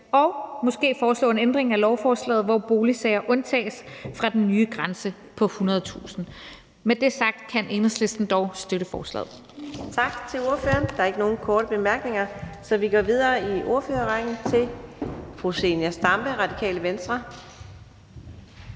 og måske foreslå en ændring af lovforslaget, hvor boligsager undtages fra den nye grænse på 100.000 kr. Med det sagt kan Enhedslisten dog støtte forslaget.